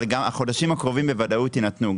החודשים הקרובים בוודאות יינתנו.